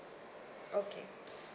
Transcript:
okay